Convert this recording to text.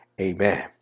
amen